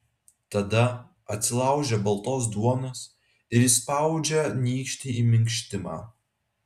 tada atsilaužia baltos duonos ir įspaudžia nykštį į minkštimą